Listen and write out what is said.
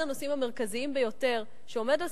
אחד הנושאים המרכזיים ביותר שעומד על